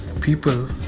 people